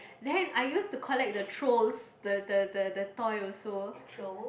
then I used to collect the Trolls the the the the toy also